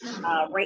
right